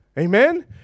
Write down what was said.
Amen